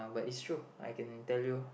but is true I can tell you